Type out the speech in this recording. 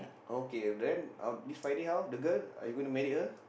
okay then uh this Friday how the girl are you gonna marry her